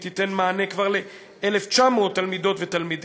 והיא תיתן מענה ל-1,900 תלמידות ותלמידים.